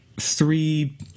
three